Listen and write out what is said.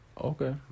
Okay